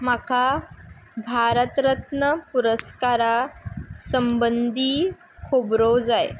म्हाका भारत रत्न पुरस्कारा संबंदी खोबरो जाय